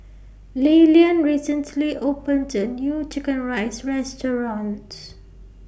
Lilyan recently opened A New Chicken Rice Restaurant